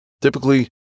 Typically